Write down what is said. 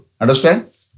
Understand